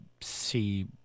see